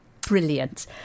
brilliant